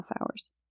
hours